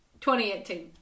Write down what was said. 2018